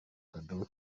kadobo